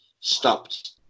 stopped